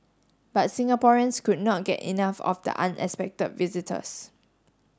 but Singaporeans could not get enough of the unexpected visitors